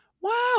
wow